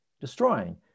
destroying